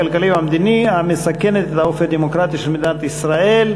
הכלכלי והמדיני המסכנת את האופי הדמוקרטי של מדינת ישראל.